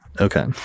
Okay